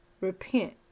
repent